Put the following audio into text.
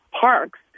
parks